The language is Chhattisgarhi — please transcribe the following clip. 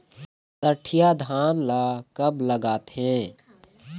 सठिया धान ला कब लगाथें?